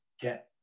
get